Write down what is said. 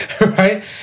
Right